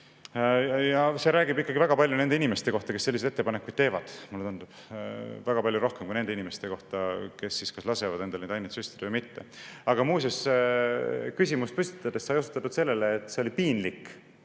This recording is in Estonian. See räägib ikkagi väga palju nende inimeste kohta, kes selliseid ettepanekuid teevad, mulle tundub. Väga palju rohkem kui nende inimeste kohta, kes lasevad siis endale neid aineid kas süstida või mitte. Aga muuseas, küsimust püstitades sai osutatud sellele, et see oli piinlik,